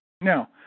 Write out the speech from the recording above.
Now